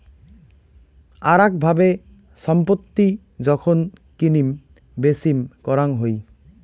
আরাক ভাবে ছম্পত্তি যখন কিনিম বেচিম করাং হই